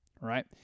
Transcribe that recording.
right